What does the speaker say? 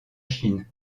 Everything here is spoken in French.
chine